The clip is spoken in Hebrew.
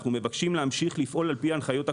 אנחנו מבקשים להמשיך לפעול לפי ההנחיות הקודמות,